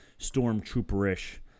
stormtrooper-ish